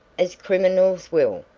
as criminals will,